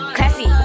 Classy